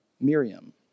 Miriam